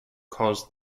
caused